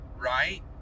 right